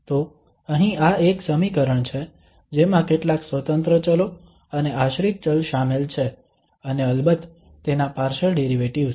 તો અહીં આ એક સમીકરણ છે જેમાં કેટલાક સ્વતંત્ર ચલો અને આશ્રિત ચલ શામેલ છે અને અલબત્ત તેના પાર્શલ ડેરિવેટિવ્ઝ